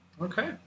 Okay